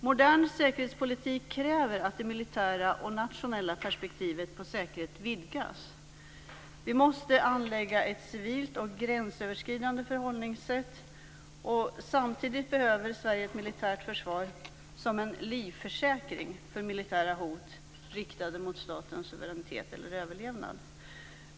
Modern säkerhetspolitik kräver att det militära och nationella perspektivet på säkerhet vidgas. Vi måste anlägga ett civilt och gränsöverskridande förhållningssätt. Samtidigt behöver Sverige ett militärt försvar som en livförsäkring för militära hot riktade mot statens suveränitet eller överlevnad.